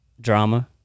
Drama